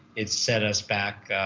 it set us back, ah,